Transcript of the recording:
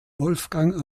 wolfgang